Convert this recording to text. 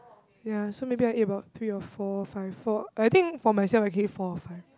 ya so maybe I ate about three or four five four I think for myself I can eat four or five